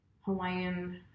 Hawaiian